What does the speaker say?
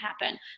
happen